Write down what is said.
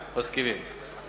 מסכימים.